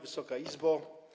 Wysoka Izbo!